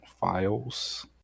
files